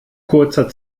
kurzer